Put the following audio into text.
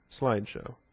slideshow